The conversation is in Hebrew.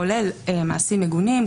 כולל מעשים מגונים,